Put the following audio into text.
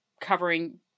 covering